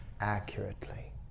accurately